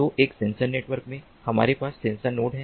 तो एक sensor network में हमारे पास सेंसर नोड हैं